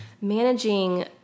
managing